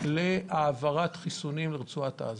להעברת חיסונים לרצועת עזה?